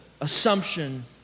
assumption